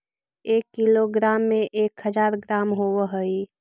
एक किलोग्राम में एक हज़ार ग्राम होव हई